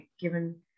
given